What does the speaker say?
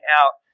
out